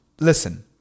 listen